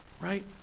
right